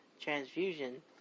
transfusion